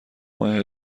ماه